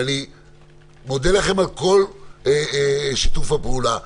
ואני מודה לכם על כל שיתוף הפעולה.